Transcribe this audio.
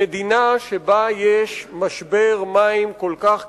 במדינה שבה יש משבר מים כל כך קיצוני,